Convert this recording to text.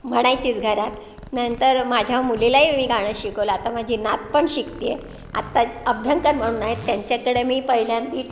म्हणायचीच घरात नंतर माझ्या मुलीलाही मी गाणं शिकवलं आता माझी नात पण शिकत आहे आत्ता अभ्यंकर म्हणून आहेत त्यांच्याकडे मी पहिल्यांदा